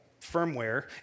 firmware